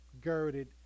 girded